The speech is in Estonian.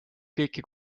kõiki